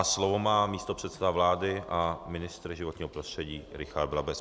Slovo má místopředseda vlády a ministr životního prostředí Richard Brabec.